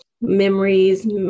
memories